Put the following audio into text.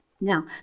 Now